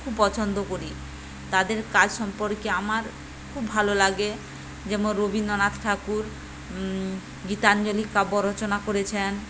খুব পছন্দ করি তাদের কাজ সম্পর্কে আমার খুব ভালো লাগে যেমন রবীন্দ্রনাথ ঠাকুর গীতাঞ্জলি কাব্য রচনা করেছেন